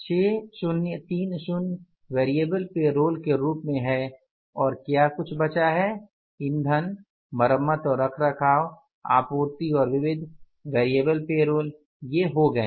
6030 variable payroll के रूप में है और क्या कुछ बचा है ईंधन मरम्मत और रखरखाव आपूर्ति और विविध वैरिएबल पे रोल ये हो गए